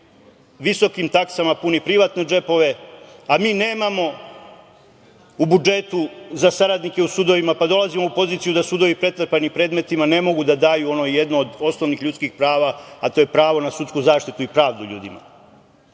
visokim taksama puni privatne džepove, a mi nemamo u budžetu za saradnike u sudovima, pa dolazim u poziciju da su sudovi pretrpani predmetima, ne mogu da daju ono jedno od osnovnih ljudskih prava, a to je pravo na sudsku zaštitu i pravdu ljudima. Ne